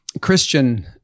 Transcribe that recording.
Christian